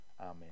amen